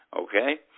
okay